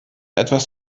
etwas